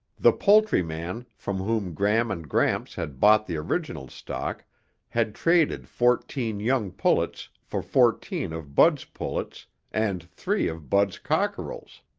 the poultryman from whom gram and gramps had bought the original stock had traded fourteen young pullets for fourteen of bud's pullets and three of bud's cockerels,